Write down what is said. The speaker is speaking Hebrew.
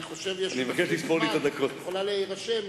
את יכולה להירשם,